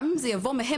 גם אם זה יבוא מהם,